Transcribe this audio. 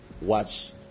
watch